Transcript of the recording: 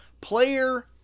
Player